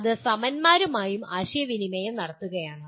അത് സമന്മാരുമായി ആശയവിനിമയം നടത്തുകയാണ്